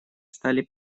стали